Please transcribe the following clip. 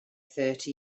thirty